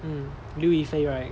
mm 刘亦菲 right